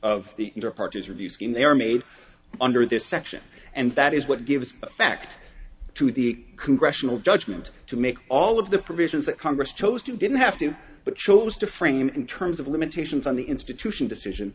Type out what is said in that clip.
of the parties or views game they are made under this section and that is what gives effect to the congressional judgment to make all of the provisions that congress chose to didn't have to but chose to frame in terms of limitations on the institution decision